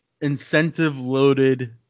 incentive-loaded